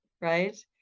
right